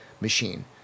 machine